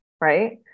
right